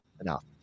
enough